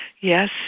Yes